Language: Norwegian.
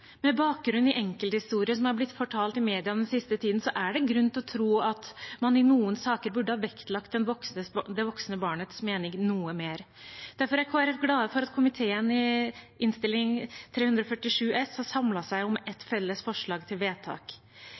Med bakgrunn i enkelthistorier som har blitt fortalt i media den siste tiden, er det grunn til å tro at man i noen saker burde ha vektlagt det voksne barnets mening noe mer. Derfor er Kristelig Folkeparti glad for at komiteen i Innst. 347 S har samlet seg om et felles forslag til vedtak.